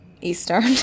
Eastern